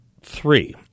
Three